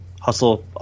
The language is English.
hustle